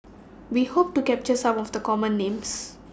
We Hope to capture Some of The Common Names